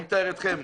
ומי מטהר אתכם?